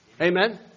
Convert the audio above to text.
Amen